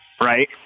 right